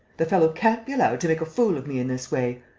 the fellow can't be allowed to make a fool of me in this way.